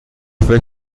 فکر